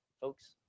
Folks